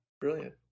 Brilliant